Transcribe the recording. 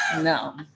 No